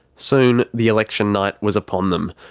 soon, the election night was upon them.